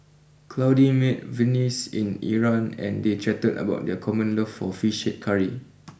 Claudie met Venice in Iran and they chatted about their common love for Fish Head Curry